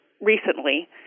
recently